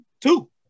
two